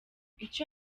icyo